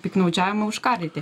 piktnaudžiavimą užkardyti